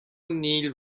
نیل